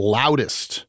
loudest